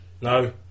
no